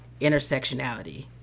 intersectionality